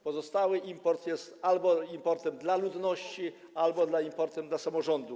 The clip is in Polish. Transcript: Pozostały import jest albo importem dla ludności, albo importem dla samorządów.